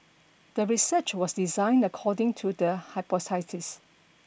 the research was designed according to the hypothesis